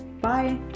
Bye